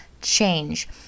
change